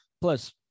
Plus